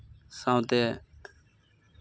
ᱥᱟᱶᱛᱮ